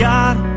God